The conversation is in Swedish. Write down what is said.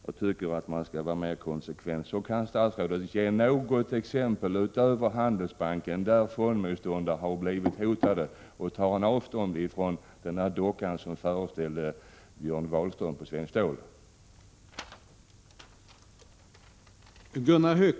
Man borde vara mera konsekvent. Kan statsrådet ge något exempel utöver Handelsbanken där fondmotståndare har blivit hotade? Tar statsrådet avstånd från den docka som föreställer Björn Wahlström på Svenskt Stål AB?